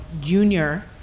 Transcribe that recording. junior